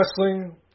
wrestling